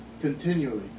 continually